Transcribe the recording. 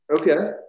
Okay